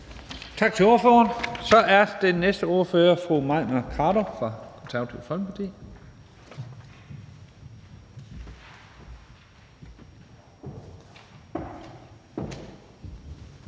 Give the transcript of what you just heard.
Tak til ordføreren. Den næste ordfører er fru Mai Mercado fra Det Konservative Folkeparti.